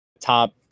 top